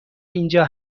اینجا